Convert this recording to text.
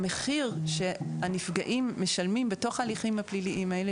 המחיר שהנפגעים משלמים בתוך ההליכים הפליליים האלה,